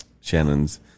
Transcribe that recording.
Shannon's